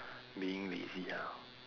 being lazy ah